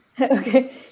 Okay